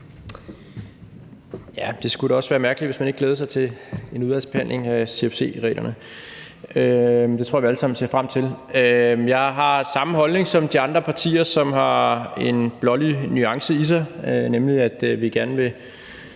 Det skulle da også være mærkeligt, hvis man ikke glædede sig til en udvalgsbehandling af CFC-reglerne. Det tror jeg vi alle sammen ser frem til. Jeg har samme holdning som de andre partier, som har en blålig nuance i sig,